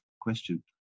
question